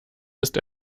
ist